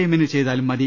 എമ്മിന് ചെയ്താലും മതി